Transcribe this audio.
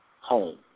Home